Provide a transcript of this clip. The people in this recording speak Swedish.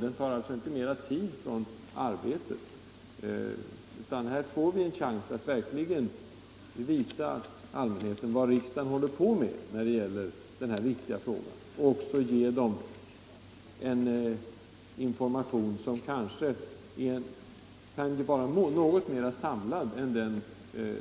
Den tar alltså inte mera tid från arbetet, men ger en chans att visa allmänheten vad riksdagen håller på med när det gäller denna viktiga fråga, och lämna en information som kan vara något mera samlad än den